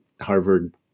Harvard